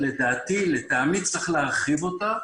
לדעתי ולטעמי צריך להרחיב אותה.